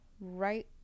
right